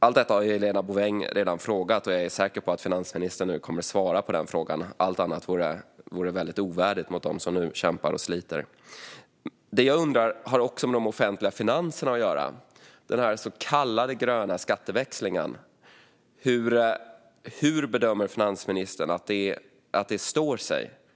Allt detta har Helena Bouveng redan frågat, och jag är säker på att finansministern nu kommer att svara på den frågan - allt annat vore väldigt ovärdigt mot dem som nu kämpar och sliter. Det jag undrar har också med de offentliga finanserna och med den så kallade gröna skatteväxlingen att göra. Hur bedömer finansministern att detta står sig?